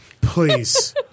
please